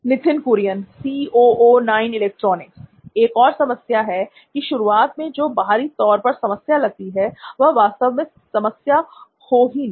नित्थिन Kurian C O O नॉइन electronics एक और समस्या है की शुरुआत में जो बाहरी तौर पर समस्या लगती है वह वास्तव में शायद समस्या हो ही ना